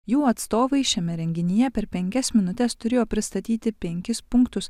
jų atstovai šiame renginyje per penkias minutes turėjo pristatyti penkis punktus